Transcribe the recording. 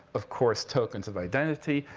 of course, tokens of identity.